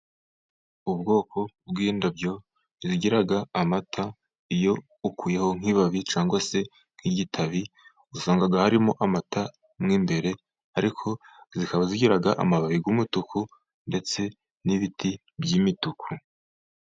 Ubwoko bw'indabyo zigira amata, iyo ukuyeho nk'ibabi cyangwa se nk'igitabi, usanga harimo amata mo imbere, ariko zikaba zigira amababi y'umutuku, ndetse n'ibiti by'imituku.